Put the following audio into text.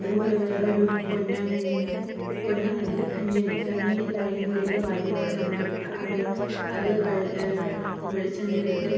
അതുപോലെ വേറൊരു പൊന്നാങ്കണ്ണി പൊന്നാങ്കണ്ണി അല്ല കഞ്ഞണ്ണി കഞ്ഞണ്ണി എന്ന് പറയുന്നൊരു ഇല വയലിനൊക്കെ നമുക്ക് കിട്ടുക അത് അത് വെള്ള വെ വെളിച്ചെണ്ണയിൽ ഇട്ട്